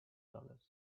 dollars